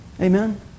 amen